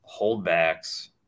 holdbacks